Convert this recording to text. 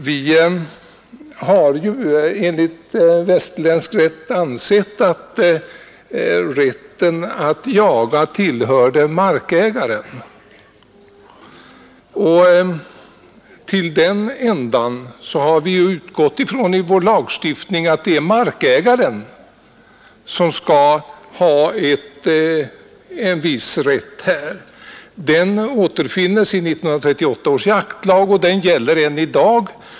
Vi har ju enligt västerländsk rätt ansett att jakträtten tillhör markägaren, och till den ändan har vi i vår lagstiftning utgått från att det är markägaren som skall ha en viss rätt här. Den återfinnes i 1938 års jaktlag, som gäller än i dag.